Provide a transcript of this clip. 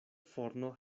forno